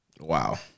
wow